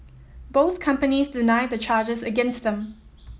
both companies deny the charges against them